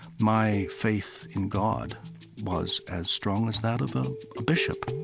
my faith in god was as strong as that of a bishop.